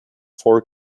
four